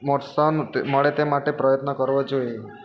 પ્રોત્સાહન મળે તે માટે પ્રયત્ન કરવો જોઈએ